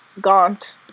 gaunt